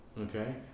Okay